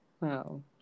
Wow